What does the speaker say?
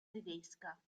tedesca